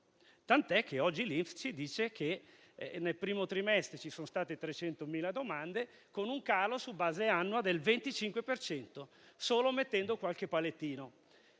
lavoro? Oggi l'INPS ci dice che nel primo trimestre ci sono state 300.000 domande, con un calo, su base annua, del 25 per cento, solo mettendo qualche paletto.